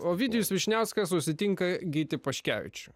ovidijus vyšniauskas susitinka gytį paškevičių